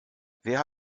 wer